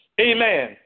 amen